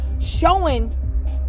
showing